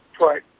right